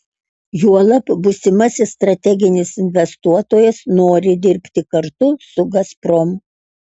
juolab būsimasis strateginis investuotojas nori dirbti kartu su gazprom